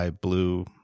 blue